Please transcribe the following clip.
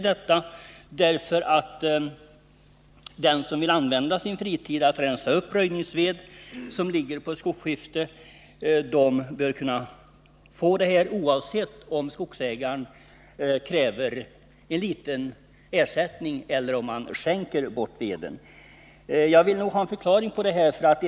Den som vill använda sin fritid till att rensa upp röjningsved som ligger på ett skogsskifte bör kunna få detta bidrag såväl i fall där skogsägaren kräver en liten ersättning som i fall där denne skänker bort veden. Jag vill ha en förklaring till hur det förhåller sig med detta.